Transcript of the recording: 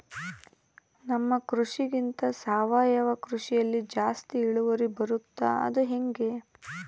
ನಮ್ಮ ಕೃಷಿಗಿಂತ ಸಾವಯವ ಕೃಷಿಯಲ್ಲಿ ಜಾಸ್ತಿ ಇಳುವರಿ ಬರುತ್ತಾ ಅದು ಹೆಂಗೆ?